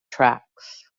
tracks